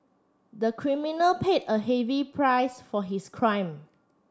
the criminal paid a heavy price for his crime